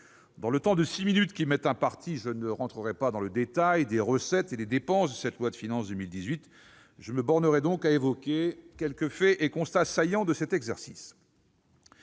temps de parole- six minutes -qui m'est imparti, je n'entrerai pas dans le détail des recettes et des dépenses de la loi de finances pour 2018. Je me bornerai donc à évoquer quelques faits et constats saillants de cet exercice.